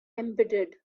embedded